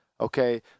Okay